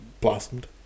blossomed